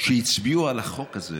שכשהצביעו על החוק הזה